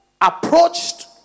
approached